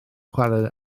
chwarae